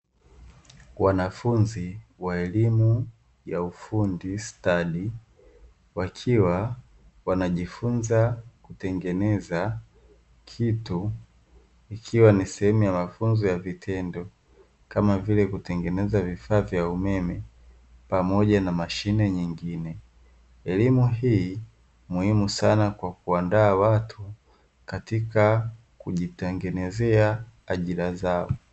Wanafunzi wa elimu ya ufundi stadi wakiwa wanajifunza kutengeneza kitu, ikiwa ni sehemu ya mafunzo ya vitendo, kama vile kutengeneza vifaa vya umeme pamoja na mashine nyingine. Elimu hii ni muhimu sana kwa kuandaa watu katika kujitengenezea ajira zao.